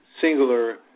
singular